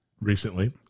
recently